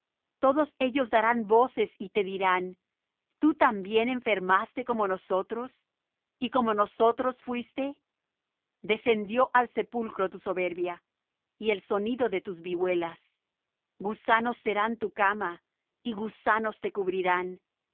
todos ellos darán voces y te dirán tú también enfermaste como nosotros y como nosotros fuiste descendió al sepulcro tu soberbia y el sonido de tus vihuelas gusanos serán tu cama y gusanos te cubrirán